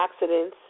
antioxidants